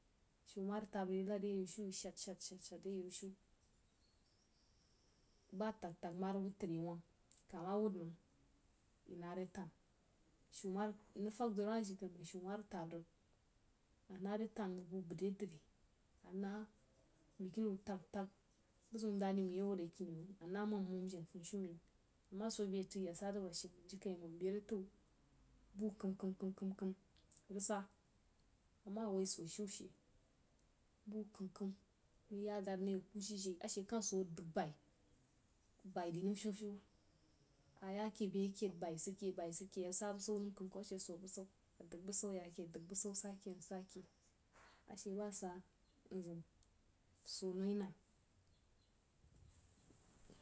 Shiu ma rig tab rig inəd re yeu shiu, shad-shad shad re yeu shiu, ba atəg-təg ma rig wud tri i wong kah ma wud məng i nare tan shiu ma rig, nrig fag don wah jiri kai məng shiu ma rig tab rig a nare tan nbad bu re din mna bagkini wu təg-təg bu ziu dame wu re kini məng, ana ma nmomjen funi shumen amah so beh tui asa zig bashe məng jin kaiməng beh rig tau bu kəm-kəm kəm-kəm rig sa amah awoi, so shiu she bu kəm-kəm nəng dad nye kwuh shejei ahe kah so arig dəg baí bai di nəm fyeg-fyeg a ya ke beh kad bai sid ke bai sid ke be kəm-kəm, ashe so busau a dəg busau yake adəg busau nsake ashe ba sa mzim so noi nəm.